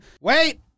Wait